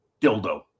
dildo